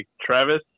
Travis